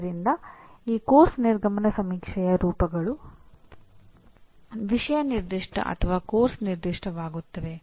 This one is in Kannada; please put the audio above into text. ಆದ್ದರಿಂದ ಈ ಪಠ್ಯಕ್ರಮದ ನಿರ್ಗಮನ ಸಮೀಕ್ಷೆಯ ರೂಪಗಳು ವಿಷಯ ನಿರ್ದಿಷ್ಟ ಅಥವಾ ಪಠ್ಯಕ್ರಮ ನಿರ್ದಿಷ್ಟವಾಗುತ್ತವೆ